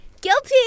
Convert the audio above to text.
Guilty